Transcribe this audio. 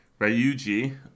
Rayuji